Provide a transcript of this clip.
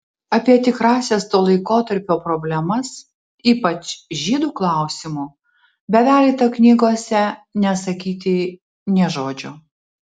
apie tikrąsias to laikotarpio problemas ypač žydų klausimu bevelyta knygose nesakyti nė žodžio